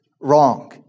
wrong